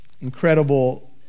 incredible